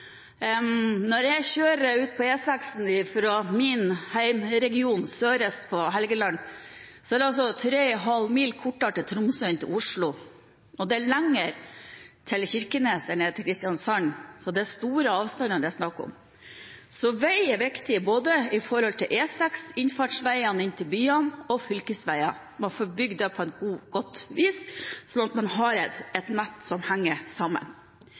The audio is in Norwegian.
Når jeg kjører ut på E6-en fra min heimregion sørøst på Helgeland, er det altså 3,5 mil kortere til Tromsø enn til Oslo, og det er lenger til Kirkenes enn det er til Kristiansand. Så det er store avstander det er snakk om. Vei er viktig når det gjelder både E6, innfartsveiene til byene og fylkesveiene. Man får bygge dette på godt vis, slik at man har et nett som henger sammen.